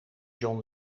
john